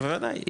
בוודאי,